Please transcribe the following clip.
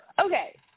Okay